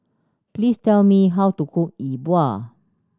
please tell me how to cook E Bua